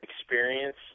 experience